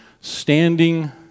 standing